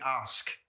ask